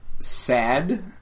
sad